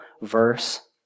verse